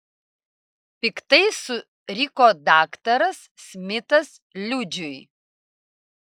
piktai suriko daktaras smitas liudžiui